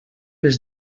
les